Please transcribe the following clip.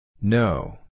No